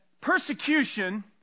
persecution